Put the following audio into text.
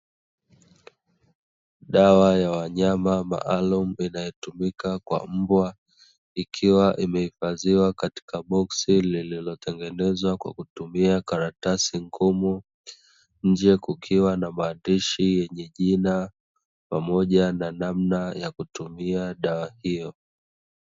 Dawa ya wanyama maalumu inayotumika kwa mbwa, ikiwa imehifadhiwa katika boksi lililotengenezwa kwa kutumia karatasi ngumu. Nje kukiwa na maandishi yenye jina, pamoja na namna ya kutumia dawa hiyo.